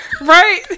right